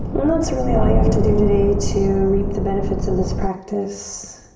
and that's really all you have to do today to reap the benefits of this practice.